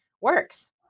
works